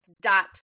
dot